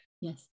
yes